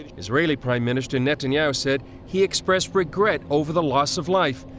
israeli prime minister netanyahu said he expressed regret over the loss of life,